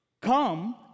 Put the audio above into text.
Come